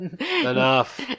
Enough